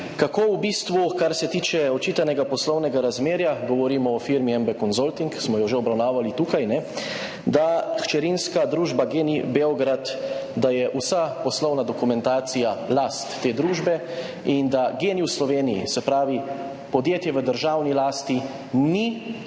kako v bistvu, kar se tiče očitanega poslovnega razmerja, govorimo o firmi MB Consulting, tukaj smo jo že obravnavali, da hčerinska družba GEN-I Beograd, da je vsa poslovna dokumentacija last te družbe in da GEN-I v Sloveniji, se pravi, podjetje v državni lasti ni